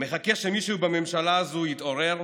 מחכה שמישהו בממשלה הזאת יתעורר,